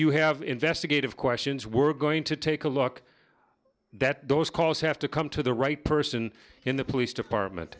you have investigative questions we're going to take a look that those calls have to come to the right person in the police department